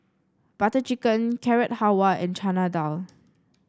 Butter Chicken Carrot Halwa and Chana Dal